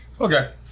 Okay